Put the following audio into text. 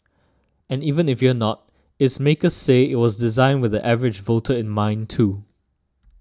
and even if you're not its makers say it was designed with the average voter in mind too